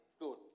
good